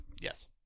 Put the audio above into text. yes